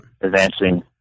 advancing